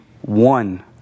one